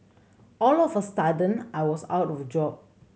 all of a sudden I was out of a job